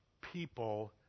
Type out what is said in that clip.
people